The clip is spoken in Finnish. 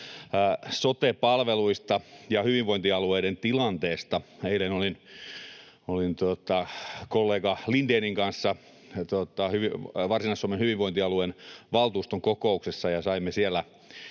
sote-palveluista ja hyvinvointialueiden tilanteesta. Eilen olin kollega Lindénin kanssa Varsinais-Suomen hyvinvointialueen valtuuston kokouksessa, ja saimme siellä